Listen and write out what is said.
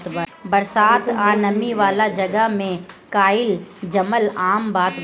बरसात आ नमी वाला जगह में काई जामल आम बात बाटे